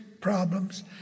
problems